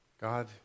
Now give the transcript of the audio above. God